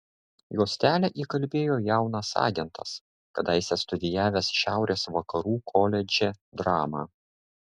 juostelę įkalbėjo jaunas agentas kadaise studijavęs šiaurės vakarų koledže dramą